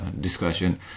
discussion